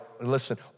listen